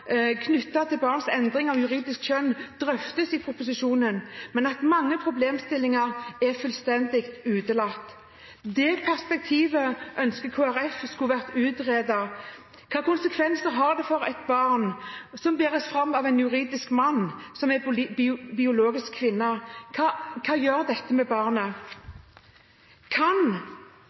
endring av barns juridiske kjønn drøftes i proposisjonen, men at mange problemstillinger er fullstendig utelatt. Det perspektivet ønsker Kristelig Folkeparti skulle vært utredet. Hvilke konsekvenser har det for et barn som bæres fram av en som juridisk er mann, og som biologisk er kvinne? Hva gjør dette med barnet? Kan